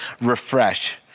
Refresh